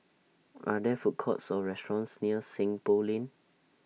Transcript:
Are There Food Courts Or restaurants near Seng Poh Lane